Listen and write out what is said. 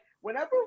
whenever